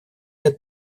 лет